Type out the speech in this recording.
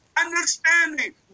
Understanding